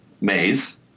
maze